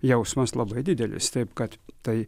jausmas labai didelis taip kad tai